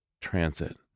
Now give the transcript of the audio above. transit